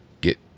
get